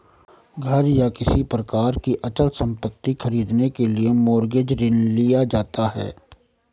घर या किसी प्रकार की अचल संपत्ति खरीदने के लिए मॉरगेज ऋण लिया जाता है